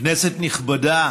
כנסת נכבדה,